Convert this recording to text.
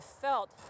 felt